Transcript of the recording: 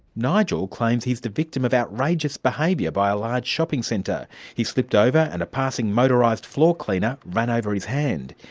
nigel claims he's the victim of outrageous behaviour by a large shopping centre he slipped over and a passing motorised floor cleaner ran over his hand.